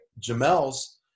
Jamel's